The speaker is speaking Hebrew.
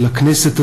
התעשייה,